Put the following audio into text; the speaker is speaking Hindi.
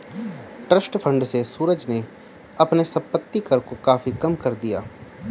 ट्रस्ट फण्ड से सूरज ने अपने संपत्ति कर को काफी कम कर दिया